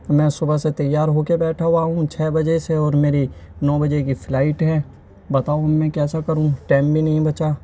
میں صبح سے تیار ہو کے بیٹھا ہوا ہوں چھ بجے سے اور میری نو بجے کی فلائٹ ہے بتاؤ اب میں کیسا کروں ٹائم بھی نہیں بچا